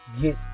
get